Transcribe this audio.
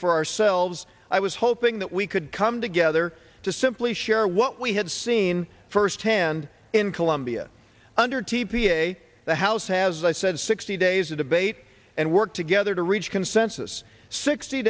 for ourselves i was hoping that we could come together to simply share what we had seen firsthand in colombia under t p a the house has i said so sixty days of debate and work together to reach consensus sixty